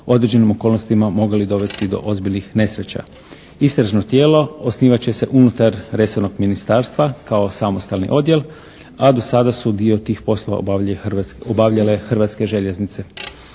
određenim okolnostima mogli dovesti do ozbiljnih nesreća. Istražno tijelo osnivat će se unutar resornog ministarstva kao samostalni odjel, a do sada su dio tih poslova obavljale Hrvatske željeznice.